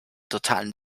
totalen